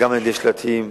גם על-ידי שלטים,